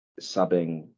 subbing